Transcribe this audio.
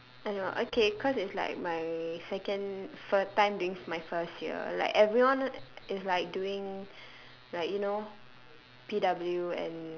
I know okay cause it's like my second first time during my first year like everyone is like doing like you know P_W and